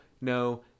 no